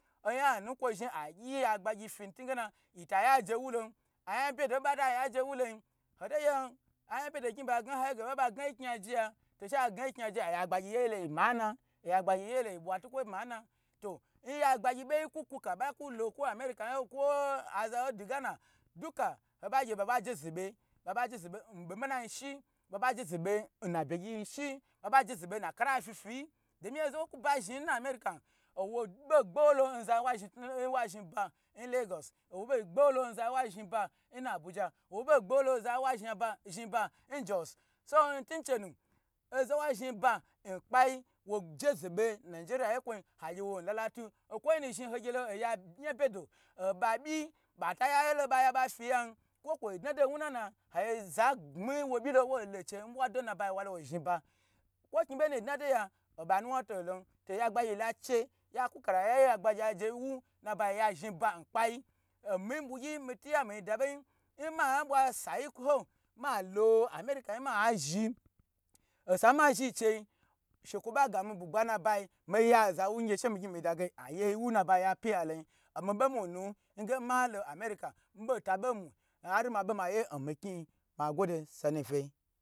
Oyan nu kwo zhi agyi ya gbayi fi ntuge na yi ta ya je wu lon ayan be do n bada yaje wu lo yi oto gyen ayan be do gyi ha yi ye ga ba gna yi kni agye ya, she agna kni aje ya oya gbagyi ye yilo yi mana oya gbagyi ye yi lo yi kpe tukwo ma na to n ya gbagyi boiku kuka ba ku lo kwa amerika kwo azaho du ghana daka hoba gye ba ba je ze be nbo manayi shi ba ba je zebe na bye gyi shi ba ba je ze be na kala fifiyi domi oza wo kun ba zhi na amerika owo bo gbo ho lo zai wa zhi ba n lagos owo bo gbo holo nza yi wa zhni ba nna abuja, owo bo gbo holo zayiwa zhna ba zhni ba n jos so ntun chenu zozo ha zhni bankpai wo je be nigeriya ye kwoyi agye wo lala tiyi, yi gye lo oya yan bedo obo bgi bata ye lon ba ya ba kifa yan kwo kwo dna do wu nana aje za gbmi wo byi lo woilo che yi bwa do na ba yi walo wo zhni ba kwo kni boyi bo dna do ya oba nuwan to lon oya gbagyi yila che ya ku kala ya ye oya ghagya je wo n naba yi ya zhni ba n kpayi omiyi bwa gyi mi tiya mi da bo yin, nmayia bwa sayi ha, malo amen kayi ma zhi osa ma zhi ceyi shekwo ba gami bugba nabayi miya wu gye she mi gni mi da ge aye mi wu yin na bayi ma pyi yalo yin omi bo mununu nmalo amerika mi ta bo mi ar ma bye ma ye mi kni yi nngo de so nu fyi.